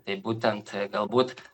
tai būtent galbūt